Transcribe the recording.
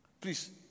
Please